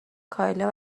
کایلا